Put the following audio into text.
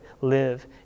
live